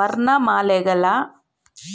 ವರ್ಣಮಾಲೆಗಳು ಅಂಕಿಗಳ ಸಂಯೋಜ್ನಯಾಗಿದೆ